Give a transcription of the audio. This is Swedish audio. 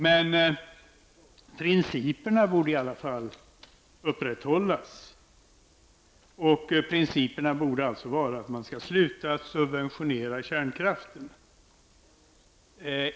Den princip som borde upprätthållas är att man ska sluta subventionera kärnkraften.